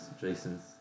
Jason's